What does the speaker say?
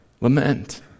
lament